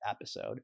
episode